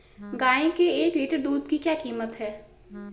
गाय के एक लीटर दूध की क्या कीमत है?